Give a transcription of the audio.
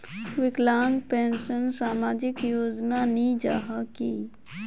विकलांग पेंशन सामाजिक योजना नी जाहा की?